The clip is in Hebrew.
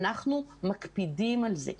אנחנו מקפידים על זה.